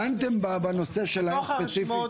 דנתם בנושא שלהם ספציפית?